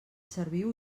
serviu